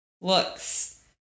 looks